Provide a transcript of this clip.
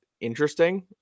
interesting